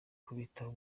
kubitaho